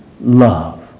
love